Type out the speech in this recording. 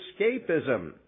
escapism